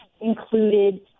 included